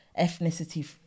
ethnicity